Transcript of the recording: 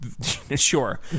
sure